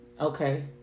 Okay